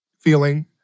feeling